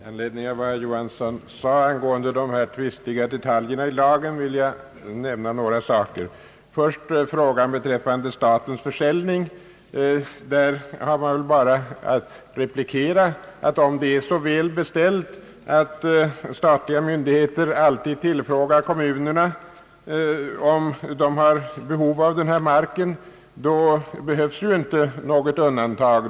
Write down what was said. Herr talman! Till vad herr Johansson sade angående de tvistiga punkterna i lagen vill jag nämna några saker. Beträffande statens försäljning av mark har jag bara att replikera, att om det nu är så väl beställt att statliga myndigheter alltid frågar kommunerna om de har behov av denna mark, då behövs ju inte något undantag.